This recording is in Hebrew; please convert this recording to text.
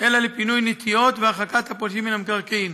אלא לפינוי נטיעות ולהרחקת הפולשים מן המקרקעין.